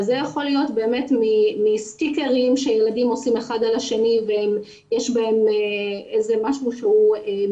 זה יכול להיות מסטיקרים שילדים עושים אחד על השני ויש בהם משהו מעליב,